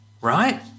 right